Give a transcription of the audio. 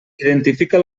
identifica